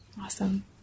Awesome